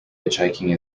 hitchhiking